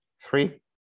Three